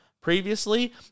previously